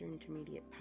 intermediate